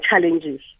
challenges